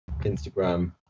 Instagram